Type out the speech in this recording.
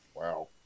Wow